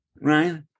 right